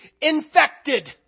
infected